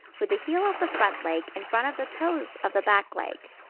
with the heel of the front leg in front of the toes of the back leg.